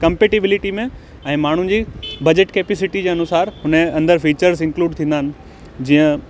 compatibility में ऐं माण्हूनि जी बजट कैपेसिटी जे अनुसार हुनजे अंदरि फ़ीचर्स इंक्लूड थींदा आहिनि जीअं